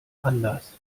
anders